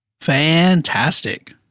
Fantastic